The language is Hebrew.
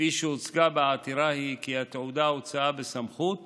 כפי שהוצגה בעתירה היא כי התעודה הוצאה בסמכות